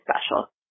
special